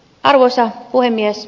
arvoisa puhemies